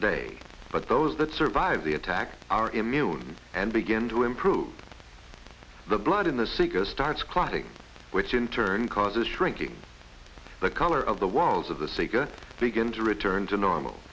day but those that survive the attack are immune and begin to improve the blood in the sickest starts crying which in turn causes shrinking the color of the walls of the sago begin to return to normal